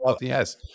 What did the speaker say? yes